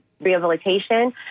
rehabilitation